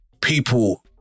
people